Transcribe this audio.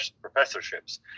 professorships